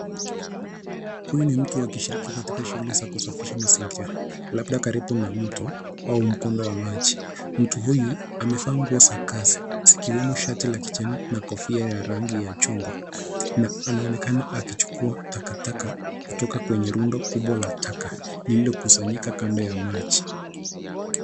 Huyu ni mtu akishiriki katika shughuli za kusafisha mazingira, labda karibu na mto au mkondo wa maji. Mtu huyu amevaa nguo za kazi zikiwemo shati la kijani na kofia ya rangi ya chungwa, na anaonekana akichukua takataka kutoka kwenye rundo kubwa la taka lililokusanyika kando ya maji.